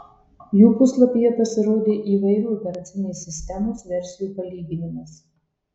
jų puslapyje pasirodė įvairių operacinės sistemos versijų palyginimas